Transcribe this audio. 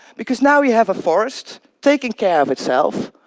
because now we have a forest taking care of itself,